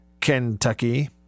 Kentucky